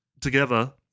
together